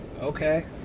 Okay